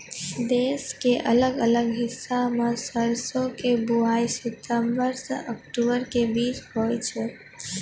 देश के अलग अलग हिस्सा मॅ सरसों के बुआई सितंबर सॅ अक्टूबर के बीच मॅ होय छै